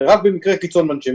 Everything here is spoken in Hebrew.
ורק במקרה קיצון מנשימים.